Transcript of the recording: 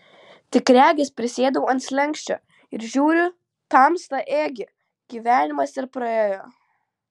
tik regis prisėdau ant slenksčio ir žiūriu tamsta ėgi gyvenimas ir praėjo